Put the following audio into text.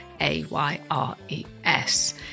A-Y-R-E-S